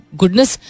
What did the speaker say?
goodness